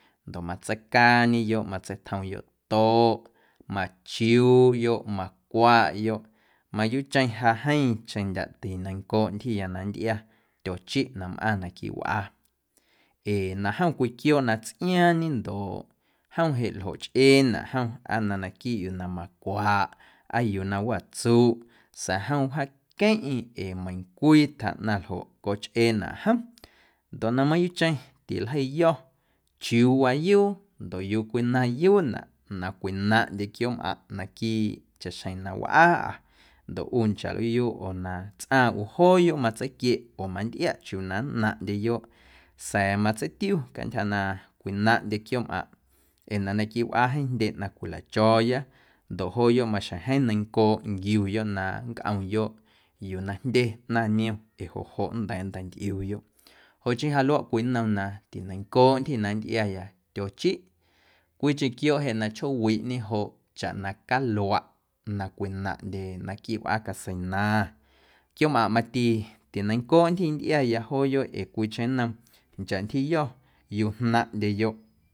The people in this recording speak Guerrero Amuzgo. Ndoꞌ matseicaañeyoꞌ matseitjomyoꞌ toꞌ, machiuuꞌyoꞌ, macwaꞌyoꞌ mayuuꞌcheⁿ ja jeeⁿcheⁿ ndyaꞌ tineiⁿncooꞌ ntyjiya na nntꞌia tyochiꞌ na mꞌaⁿ naquiiꞌ wꞌaa ee na jom cwii quiooꞌ na tsꞌiaaⁿñe ndoꞌ jom jeꞌ ljoꞌchꞌeenaꞌ jom aa na naquiiꞌ yuu na macwaꞌ aa yuu na watsuꞌ sa̱a̱ jom wjaaqueⁿꞌeⁿ ee meiⁿncwii tjaꞌnaⁿ ljoꞌ cochꞌeenaꞌ jom ndoꞌ na mayuuꞌcheⁿ tiljeiyo̱ chiuuwaa yuu ndoꞌ yuu cwinayuunaꞌ na cwinaⁿꞌndye quiooꞌmꞌaⁿꞌ naquiiꞌ chaꞌxjeⁿ na wꞌaaꞌa ndoꞌ ꞌu nchaꞌ lꞌuuyuꞌ na tsꞌaⁿ ꞌu jooyoꞌ matseiquieꞌ oo mantꞌiaꞌ chiuu na nnaⁿꞌndyeyoꞌ sa̱a̱ matseitiu cantyja na cwinaꞌndye quiooꞌmꞌaⁿꞌ ee na naquiiꞌ wꞌaa jeeⁿ jndye ꞌnaⁿ na cwileicho̱o̱ya ndoꞌ jooꞌyoꞌ maxjeⁿ jeeⁿ neiⁿncooꞌ nquiuyoꞌ na nncꞌomyoꞌ yuu na jndye ꞌnaⁿ niom ee joꞌ joꞌ nnda̱a̱ nntantꞌiuuyoꞌ joꞌ chii ja luaꞌ cwii nnom na tineiⁿncooꞌ ntyjiya na nntꞌiaya tyochiꞌ cwiicheⁿ quiooꞌ jeꞌ na chjoowiꞌñe joꞌ chaꞌ na caluaꞌ na cwinaꞌndye naquiiꞌ wꞌaa caseina quiooꞌmꞌaⁿꞌ mati tineiⁿncooꞌ ntyji na nntꞌiaya jooyoꞌ ee cwiicheⁿ nnom nchaꞌ ntyjiyo̱ yuu jnaⁿꞌndyeyoꞌ.